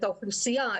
את האוכלוסייה,